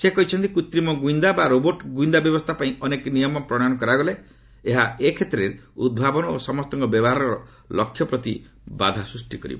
ସେ କହିଛନ୍ତି କୁତ୍ରିମ ଗୁଇନ୍ଦା ବା ରୋବର୍ଟ୍ ଗୁଇନ୍ଦା ବ୍ୟବସ୍ଥା ପାଇଁ ଅନେକ ନିୟମ ପ୍ରଣୟନ କରାଗଲେ ଏହା ଏ କ୍ଷେତ୍ରରେ ଉଦ୍ଭାବନ ଓ ସମସ୍ତଙ୍କ ବ୍ୟବହାରର ଲକ୍ଷ୍ୟ ପ୍ରତି ବାଧା ସୃଷ୍ଟି କରିବ